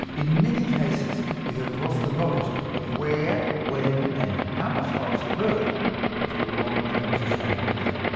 in many cases, we have lost the knowledge of where, when and how much forest to burn for long-term sustainability.